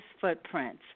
Footprints